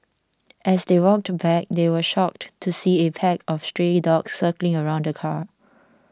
as they walked back they were shocked to see a pack of stray dogs circling around the car